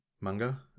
manga